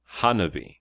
Hanabi